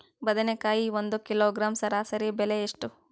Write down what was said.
ಬದನೆಕಾಯಿ ಒಂದು ಕಿಲೋಗ್ರಾಂ ಸರಾಸರಿ ಬೆಲೆ ಎಷ್ಟು?